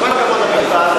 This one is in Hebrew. עם כל הכבוד למשפט,